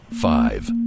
five